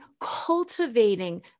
cultivating